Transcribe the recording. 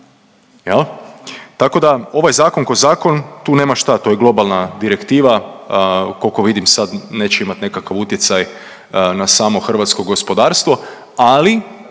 Tako da, ovaj Zakon kao zakon, tu nema šta, to je globalna direktive, koliko vidim sad neće imati nekakav utjecaj na samo hrvatsko gospodarstvo, ali